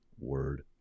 word